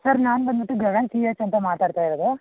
sir ನಾನು ಬಂದ್ಬಿಟ್ಟು Gagan T S ಅಂತ ಮಾತಾಡ್ತಾ ಇರೋದು